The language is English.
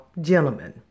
gentlemen